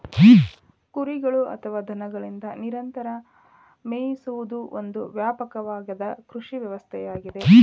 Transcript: ಕುರಿಗಳು ಅಥವಾ ದನಗಳಿಂದ ನಿರಂತರ ಮೇಯಿಸುವುದು ಒಂದು ವ್ಯಾಪಕವಾದ ಕೃಷಿ ವ್ಯವಸ್ಥೆಯಾಗಿದೆ